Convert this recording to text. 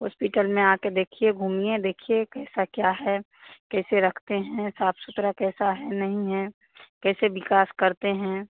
hospital में आके देखिए घूमिए देखिए कैसे क्या है कैसे रखते हैं साफ सुथरा कैसा है नहीं है कैसे विकास करते हैं